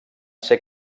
ser